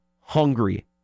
hungry